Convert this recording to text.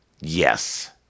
Yes